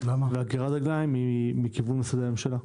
וגרירת הרגליים היא מכיוון משרדי הממשלה.